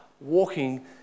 walking